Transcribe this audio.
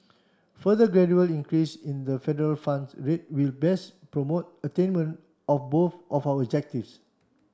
further gradually increase in the federal funds rate will best promote attainment of both of our objectives